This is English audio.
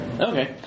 Okay